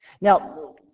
Now